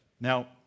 Now